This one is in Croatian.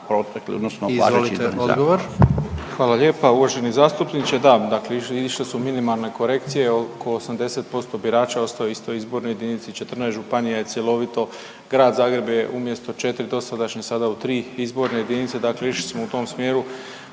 Ivan (HDZ)** Hvala lijepa uvaženi zastupniče. Da, dakle išle su minimalne korekcije. Oko 80% birača ostao je u istoj izbornoj jedinici, 14 županija je cjelovito, Grad Zagreb je umjesto 4 dosadašnje, sada u 3 izborne jedinice, dakle išli smo u tom smjeru